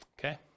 okay